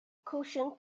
quotient